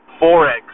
forex